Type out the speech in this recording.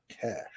cash